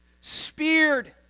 Speared